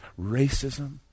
racism